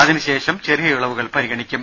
അതിനുശേഷം ചെറിയ ഇളവുകൾ പരിഗണിയ്ക്കും